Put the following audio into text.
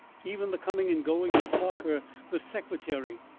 even the coming and going of parker the secretary,